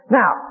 now